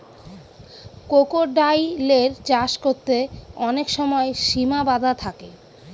ক্রোকোডাইলের চাষ করতে অনেক সময় সিমা বাধা থাকে